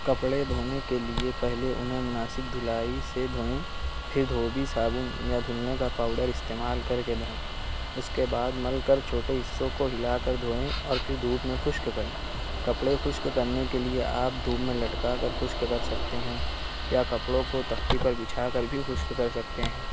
کپڑے دھونے کے لئے پہلے انہیں مناسب دھلائی سے دھوئیں پھر دھوبی صابن یا دھلنے کا پاؤڈر استعمال کر کے دھوئیں اس کے بعد مل کر چھوٹے حصوں کو ہلا کر دھوئیں اور پھر دھوپ میں خشک کریں کپڑے خشک کرنے کے لئے آپ دھوپ میں لٹکا کر خشک کر سکتے ہیں یا کپڑوں کو تختی پر بچھا کر بھی خشک کر سکتے ہیں